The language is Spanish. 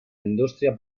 industria